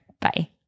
Bye